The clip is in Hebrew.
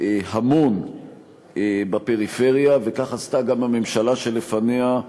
המון בפריפריה, וכך עשתה גם הממשלה שלפניה,